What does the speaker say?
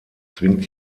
zwingt